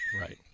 Right